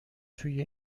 توی